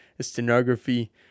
stenography